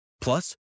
Plus